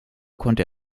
konnte